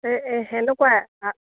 এই এই তেনেকুৱাই আ